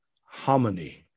harmony